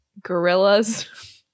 Gorillas